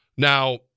Now